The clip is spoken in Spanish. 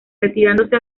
retirándose